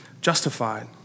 justified